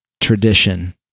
tradition